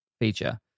feature